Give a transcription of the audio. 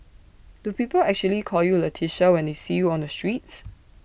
do people actually call you Leticia when they see you on the streets